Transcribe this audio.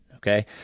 Okay